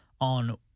On